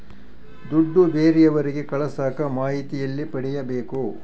ದುಡ್ಡು ಬೇರೆಯವರಿಗೆ ಕಳಸಾಕ ಮಾಹಿತಿ ಎಲ್ಲಿ ಪಡೆಯಬೇಕು?